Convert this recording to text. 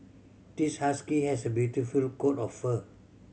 this husky has a beautiful coat of fur